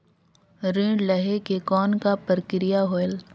ऋण लहे के कौन का प्रक्रिया होयल?